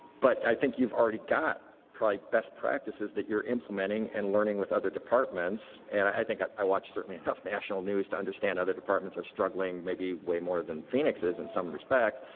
but i think you've already got probably best practices that you are implementing and learning with other departments and i think i i watch certainly enough national news to understand other departments are struggling may be way more than phoenix is, in some respects.